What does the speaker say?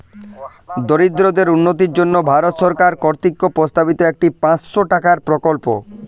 দরিদ্রদের উন্নতির জন্য ভারত সরকার কর্তৃক প্রস্তাবিত একটি পাঁচশো টাকার প্রকল্প